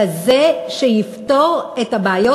כזה שיפתור את הבעיות